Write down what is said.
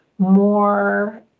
More